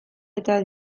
eta